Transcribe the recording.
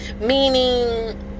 Meaning